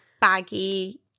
baggy